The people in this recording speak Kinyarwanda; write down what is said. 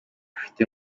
ifite